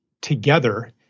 together